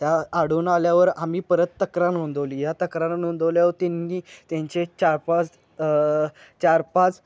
त्या आढळून आल्यावर आम्ही परत तक्रार नोंदवली ह्या तक्रार नोंदवल्यावर त्यांनी त्यांचे चार पाच चार पाच